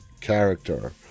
character